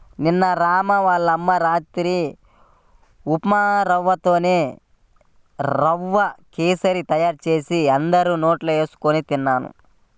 నిన్న రాము వాళ్ళ అమ్మ రాత్రి ఉప్మారవ్వతో రవ్వ కేశరి తయారు చేస్తే అందరం లొట్టలేస్కొని తిన్నాం